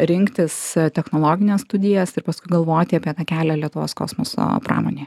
rinktis technologines studijas ir paskui galvoti apie tą kelią lietuvos kosmoso pramonėje